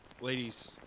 Ladies